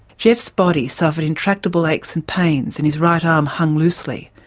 geoff's body suffered intractable aches and pains and his right arm hung loosely.